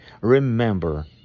remember